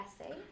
essay